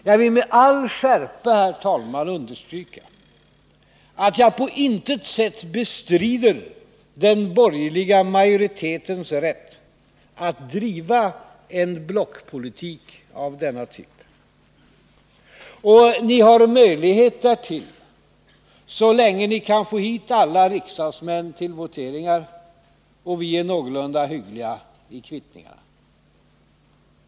Jag vill med all skärpa, herr talman, understryka att jag på intet sätt bestrider den borgerliga majoritetens rätt att driva en blockpolitik av denna typ. Och ni har möjlighet därtill så länge ni kan få hit alla riksdagsmän till voteringar och vi är någorlunda hyggliga i kvittningarna.